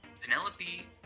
Penelope